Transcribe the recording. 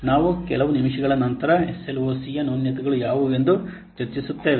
ನಾವು ಕೆಲವು ನಿಮಿಷಗಳ ನಂತರ ಎಸ್ಎಲ್ಒಸಿಯ ನ್ಯೂನತೆಗಳು ಯಾವುವು ಎಂದುಚರ್ಚಿಸುತ್ತೇವೆ